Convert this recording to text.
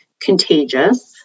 contagious